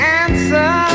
answer